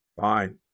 Fine